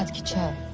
to charm